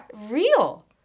real